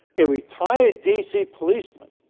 a retired d. c. policeman,